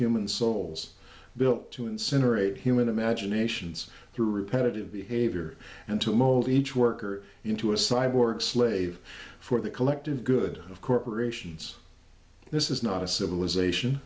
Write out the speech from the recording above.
human souls built to incinerate human imaginations through repetitive behavior and to mold each worker into a cyborg slave for the collective good of corporations this is not a civilization